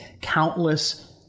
countless